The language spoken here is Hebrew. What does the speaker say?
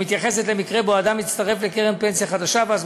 המתייחסת למקרה שבו אדם יצטרף לקרן פנסיה חדשה ואז